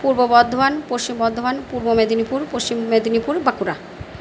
Purba Bardhaman Paschim Bardhaman Purba Medinipur Paschim Medinipur Bankura